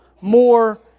more